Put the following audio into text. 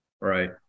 Right